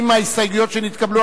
עם ההסתייגויות שנתקבלו,